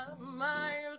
איזה יופי.